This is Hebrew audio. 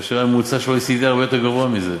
כאשר הממוצע של ה-OECD הרבה יותר גבוה מזה.